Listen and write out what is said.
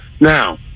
Now